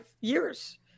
years